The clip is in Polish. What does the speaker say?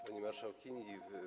Pani Marszałkini!